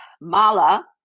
Mala